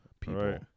people